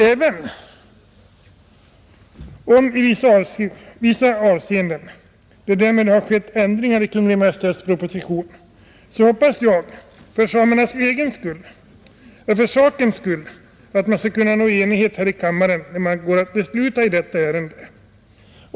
Även om det därmed i vissa avseenden har skett ändringar i Kungl. Maj:ts proposition, hoppas jag för samernas egen skull att man skall kunna nå enighet här i kammaren när man går att besluta i detta ärende.